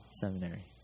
seminary